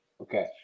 Okay